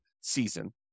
season